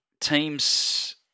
teams